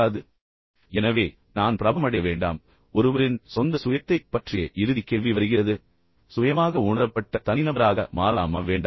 எனவே நான் பிரபலமடைய வேண்டாம் நான் வெற்றிபெற வேண்டாம் பின்னர் ஒருவரின் சொந்த சுயத்தைப் பற்றிய இறுதி கேள்வி வருகிறது சுயமாக உணரப்பட்ட தனிநபராக மாறலாமா வேண்டாமா